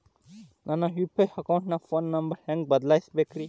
ನನ್ನ ಯು.ಪಿ.ಐ ಅಕೌಂಟಿನ phone number ಹೆಂಗ್ ಬದಲಾಯಿಸ ಬೇಕ್ರಿ?